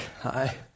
Hi